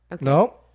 No